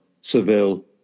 Seville